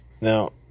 Now